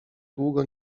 długo